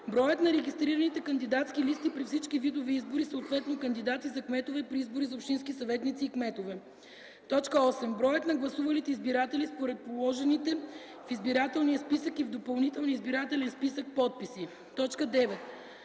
броят на регистрираните кандидатски листи при всички видове избори, съответно кандидати за кметове при избори за общински съветници и кметове; 8. броят на гласувалите избиратели според положените в избирателния списък и в допълнителния избирателен списък подписи; 9.